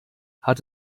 hat